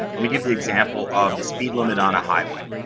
let me give the example of the speed limit on a highway.